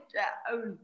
down